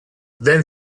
then